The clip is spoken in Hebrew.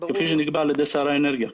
כפי שנקבע על ידי שר האנרגיה,